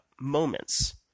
moments